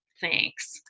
Thanks